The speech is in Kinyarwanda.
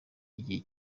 igihe